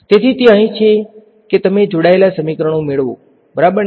તેથી તે અહીં છે કે તમે જોડાયેલા સમીકરણો મેળવો બરાબરને